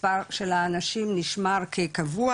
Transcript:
מספר של האנשים נשמר כקבוע,